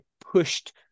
pushed